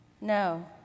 No